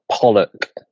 Pollock